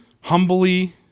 humbly